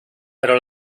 pero